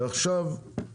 ועכשיו, באמת,